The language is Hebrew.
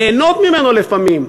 ליהנות ממנו לפעמים,